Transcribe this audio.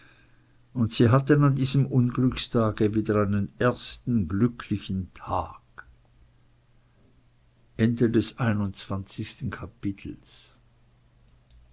und sie hatten an diesem unglückstage wieder einen ersten glücklichen tag